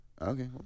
Okay